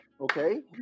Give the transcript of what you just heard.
Okay